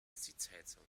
sitzheizung